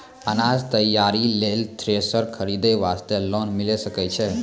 अनाज तैयारी लेल थ्रेसर खरीदे वास्ते लोन मिले सकय छै?